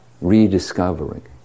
rediscovering